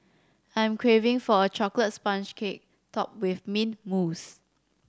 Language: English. I am craving for a chocolate sponge cake topped with mint mousse